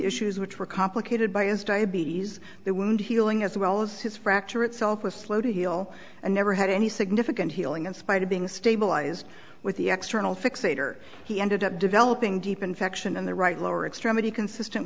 issues which were complicated by his diabetes that wound healing as well as his fracture itself was slow to heal and never had any significant healing in spite of being stabilized with the extra nl fixator he ended up developing deep infection in the right lower extremity consistent